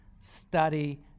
Study